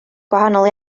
gwahanol